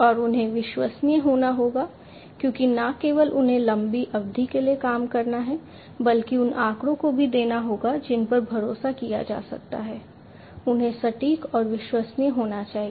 और उन्हें विश्वसनीय होना होगा क्योंकि न केवल उन्हें लंबी अवधि के लिए काम करना है बल्कि उन आंकड़ों को भी देना होगा जिन पर भरोसा किया जा सकता है उन्हें सटीक और विश्वसनीय होना चाहिए